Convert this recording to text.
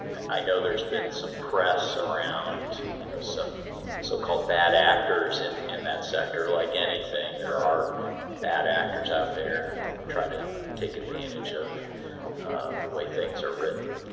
i know there's been some press around you know some so-called bad actors in in that sector. like anything, there are bad actors out there who try to take advantage of the way things are written.